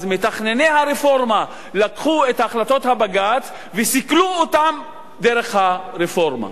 אז מתכנני הרפורמה לקחו את החלטות בג"ץ וסיכלו אותן דרך הרפורמה.